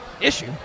Issue